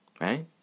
right